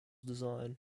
design